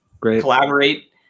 collaborate